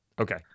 Okay